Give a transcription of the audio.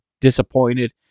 disappointed